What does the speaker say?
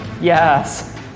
Yes